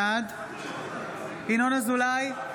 בעד ינון אזולאי,